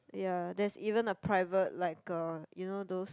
ya there's even a private like a you know those